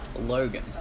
Logan